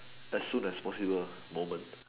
as soon as possible moment